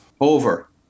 Over